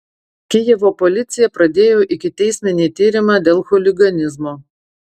kijevo policija pradėjo ikiteisminį tyrimą dėl chuliganizmo